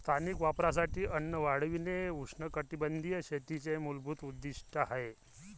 स्थानिक वापरासाठी अन्न वाढविणे उष्णकटिबंधीय शेतीचे मूलभूत उद्दीष्ट आहे